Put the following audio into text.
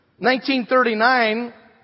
1939